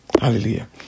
Hallelujah